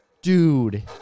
Dude